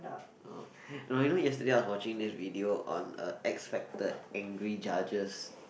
oh you know yesterday I was watching this video on uh X-Factor angry judges